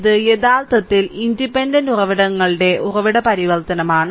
ഇത് യഥാർത്ഥത്തിൽ ഇൻഡിപെൻഡന്റ് ഉറവിടങ്ങളുടെ ഉറവിട പരിവർത്തനമാണ്